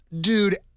Dude